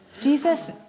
Jesus